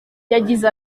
yagize